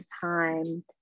time